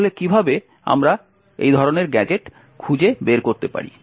তাহলে আমরা কিভাবে এই ধরনের গ্যাজেট খুঁজে পেতে পারি